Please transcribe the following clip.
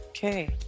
Okay